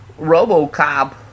RoboCop